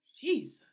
Jesus